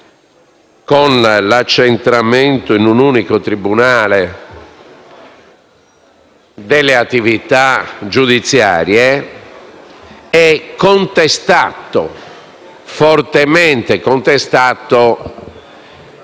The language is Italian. con l'accentramento in un unico tribunale delle attività giudiziarie, è fortemente contestata